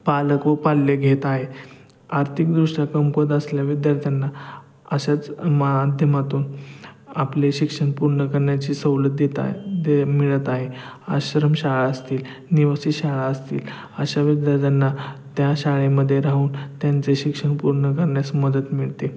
पालक व पाल्य घेत आहे आर्थिकदृष्ट्या कमकुवत असल्या विद्यार्थ्यांना अशाच माध्यमातून आपले शिक्षण पूर्ण करण्याची सवलत देत आहे दे मिळत आहे आश्रम शाळा असतील निवासी शाळा असतील अशा विद्यार्थ्यांना त्या शाळेमध्ये राहून त्यांचे शिक्षण पूर्ण करण्यास मदत मिळते